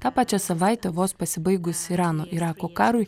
tą pačią savaitę vos pasibaigus irano irako karui